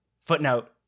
Footnote